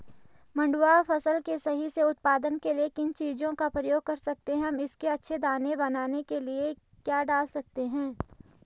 मंडुवा फसल के सही से उत्पादन के लिए किन चीज़ों का प्रयोग कर सकते हैं हम इसके अच्छे दाने बनाने के लिए क्या डाल सकते हैं?